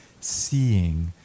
seeing